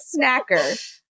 snacker